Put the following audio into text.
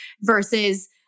versus